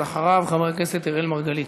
אז אחריו חבר הכנסת אראל מרגלית.